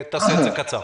בבקשה.